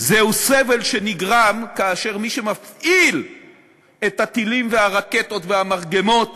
זהו סבל שנגרם כאשר מי שמפעיל את הטילים והרקטות והמרגמות